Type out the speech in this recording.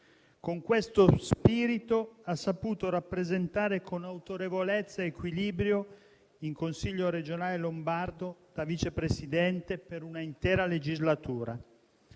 Con questo spirito ha saputo rappresentare con autorevolezza ed equilibrio il Consiglio regionale lombardo da Vice Presidente per un'intera legislatura.